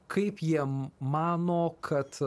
kaip jie mano kad